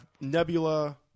Nebula